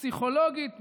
פסיכולוגית,